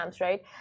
right